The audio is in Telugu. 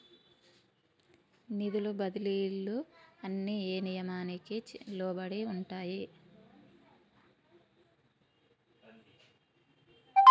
నిధుల బదిలీలు అన్ని ఏ నియామకానికి లోబడి ఉంటాయి?